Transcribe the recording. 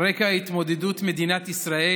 על רקע התמודדות מדינת ישראל